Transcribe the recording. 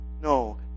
No